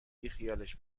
بیخیالش